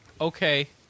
Okay